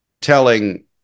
telling